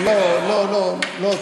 לא, לא, לא.